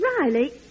Riley